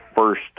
first